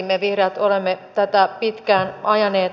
me vihreät olemme tätä pitkään ajaneet